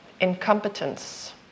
incompetence